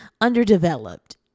underdeveloped